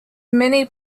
many